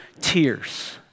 tears